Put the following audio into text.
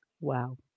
wow